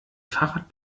fahrrad